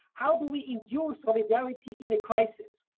how do we endure solidarity in a crisis?